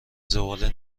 زباله